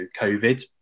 COVID